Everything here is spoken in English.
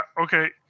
Okay